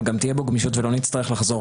אבל גם תהיה בו גמישות ולא נצטרך לחזור